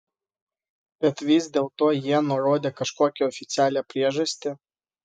bet vis dėlto jie nurodė kažkokią oficialią priežastį